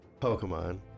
Pokemon